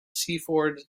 seaford